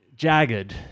Jagged